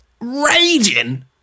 raging